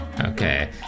Okay